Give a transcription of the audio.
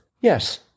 Yes